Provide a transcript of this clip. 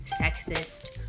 sexist